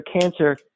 cancer